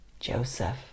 Joseph